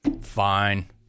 Fine